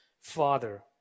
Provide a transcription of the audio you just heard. Father